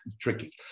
tricky